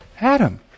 Adam